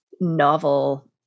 novel